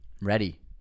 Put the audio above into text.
Ready